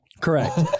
correct